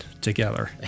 together